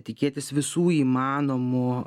tikėtis visų įmanomų